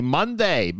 Monday